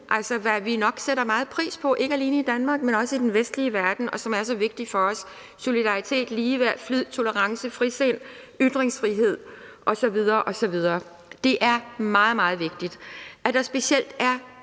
altså stadig væk nævne, hvad ikke alene vi i Danmark, men også andre i den vestlige verden sætter pris på, og hvad der er så vigtigt for os: solidaritet, ligeværd, flid, tolerance, frisind, ytringsfrihed osv. osv. Det er meget, meget vigtigt, at der specielt er